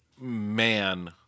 man